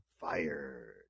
fired